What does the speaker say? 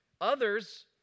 Others